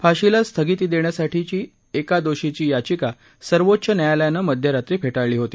फाशीला स्थगिती देण्यासाठीची एका दोषीची याचिका सर्वोच्च न्यायालयाने मध्यरात्री फेटाळली होती